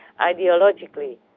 ideologically